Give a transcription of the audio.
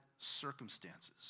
circumstances